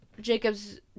jacob's